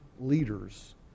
leaders